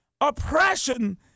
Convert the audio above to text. oppression